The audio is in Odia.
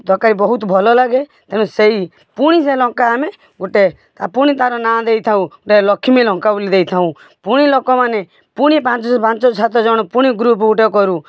ତରକାରୀ ବହୁତ ଭଲ ଲାଗେ ତେଣୁ ସେଇ ପୁଣି ସେ ଲଙ୍କା ଆମେ ଗୋଟେ ପୁଣି ତାର ନାଁ ଦେଇଥାଉ ଗୋଟେ ଲକ୍ଷ୍ମୀ ଲଙ୍କା ବୋଲି ଦେଇଥାଉ ପୁଣି ଲୋକମାନେ ପୁଣି ପାଞ୍ଚ ସାତ ଜଣ ପୁଣି ଗ୍ରୁପ ଗୋଟେ କରୁ